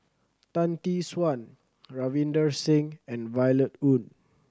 Tan Tee Suan Ravinder Singh and Violet Oon